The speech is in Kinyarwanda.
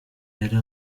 yari